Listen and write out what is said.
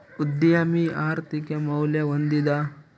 ಉದ್ಯಮಿ ಆರ್ಥಿಕ ಮೌಲ್ಯ ಹೊಂದಿದ